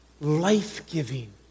life-giving